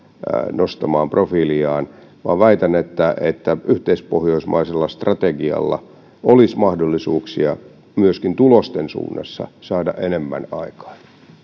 nostamaan profiiliaan vaan väitän että että yhteispohjoismaisella strategialla olisi mahdollisuuksia myöskin tulosten suunnassa saada enemmän aikaan